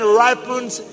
ripens